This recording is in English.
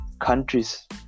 countries